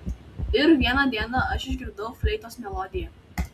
ir vieną dieną aš išgirdau fleitos melodiją